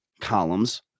columns